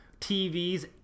TVs